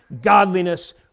godliness